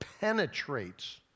penetrates